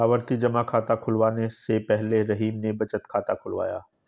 आवर्ती जमा खाता खुलवाने से पहले रहीम ने बचत खाता खुलवाया